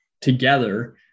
together